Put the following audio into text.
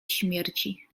śmierci